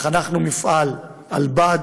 וחנכנו את מפעל עלבד,